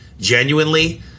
genuinely